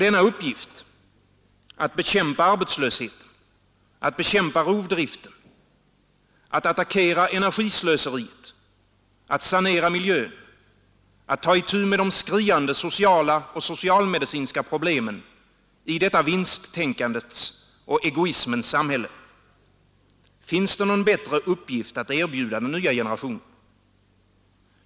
Denna uppgift, att bekämpa arbetslösheten, att bekämpa rovdriften, att attackera energislöseriet, att sanera miljön, att ta itu med de skriande sociala och socialmedicinska problemen i detta vinsttänkandets och egoismens samhälle — finns det någon bättre uppgift att erbjuda den nya generationen?